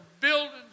buildings